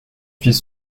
fils